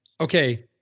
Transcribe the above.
okay